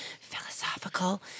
philosophical